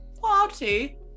party